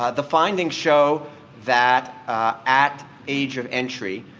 ah the findings show that at age of entry,